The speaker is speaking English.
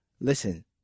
listen